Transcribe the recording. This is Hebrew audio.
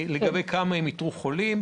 איתור חולים,